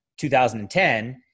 2010